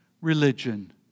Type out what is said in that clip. religion